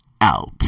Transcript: out